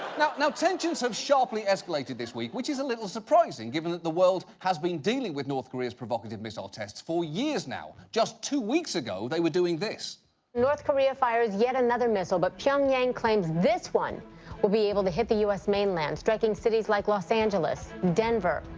now, tensions have sharply escalated this week, which is a little surprising, given that the world has been dealing with north korea's provocative missile tests for years now. just two weeks ago, they were doing this. correspondent north korea fires yet another missile, but pyongyang claims this one will be able to hit the u s. mainland, striking cities like los angeles, denver,